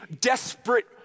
desperate